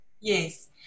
Yes